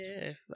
Yes